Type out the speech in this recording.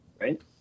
right